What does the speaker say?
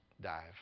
dive